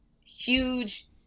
huge